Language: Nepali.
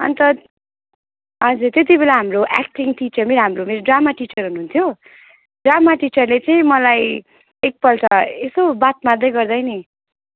अनि त हजुर त्यतिबेला हाम्रो एक्टिङ टिचर नै हाम्रो मेरो ड्रामा टिचर हुनुहुन्थ्यो ड्रामा टिचरले चाहिँ मलाई एकपल्ट यसो बात मार्दै गर्दै नै